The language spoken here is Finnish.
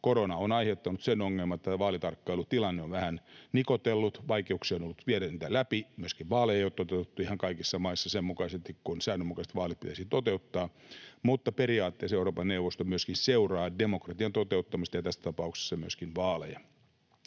Korona on aiheuttanut sen ongelman, että vaalitarkkailutilanne on vähän nikotellut, vaikeuksia on ollut viedä niitä läpi, myöskään vaaleja ei ole toteutettu ihan kaikissa maissa sen mukaisesti kuin säännönmukaiset vaalit pitäisi toteuttaa. Mutta periaatteessa Euroopan neuvosto myöskin seuraa demokratian toteuttamista ja tässä tapauksessa myöskin vaaleja.